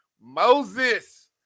Moses